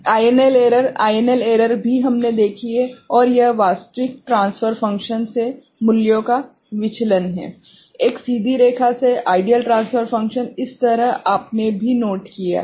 INL error INL error भी हमने देखी है और यह वास्तविक ट्रांसफर फ़ंक्शन से मूल्यों का विचलन है एक सीधी रेखा से आइडियल ट्रांसफर फ़ंक्शन इस तरह आपने भी नोट किया है